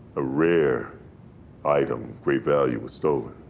a rare item of great value was stolen.